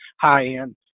high-end